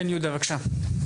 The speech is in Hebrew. כן יהודה, בבקשה.